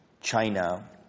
China